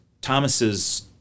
Thomas's